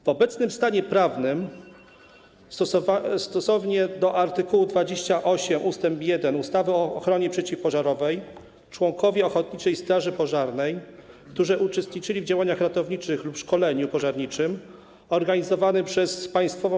W obecnym stanie prawnym, stosownie do art. 28 ust. 1 ustawy o ochronie przeciwpożarowej, członkowie ochotniczej straży pożarnej, którzy uczestniczyli w działaniach ratowniczych lub szkoleniu pożarniczym organizowanym przez Państwową